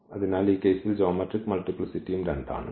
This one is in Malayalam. അതിനാൽ ഈ കേസിൽ ജ്യോമട്രിക് മൾട്ടിപ്ലിസിറ്റിയും 2 ആണ്